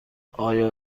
آیا